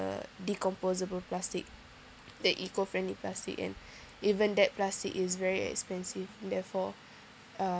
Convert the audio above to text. the decomposable plastic the eco-friendly plastic and even that plastic is very expensive therefore uh